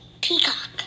peacock